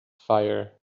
fire